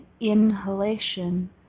inhalation